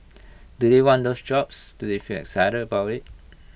do they want those jobs do they feel excited about IT